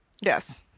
Yes